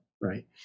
Right